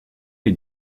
est